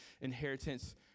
inheritance